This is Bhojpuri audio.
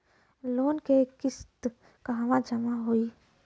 लोन के किस्त कहवा जामा होयी?